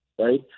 right